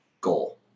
goal